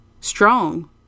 strong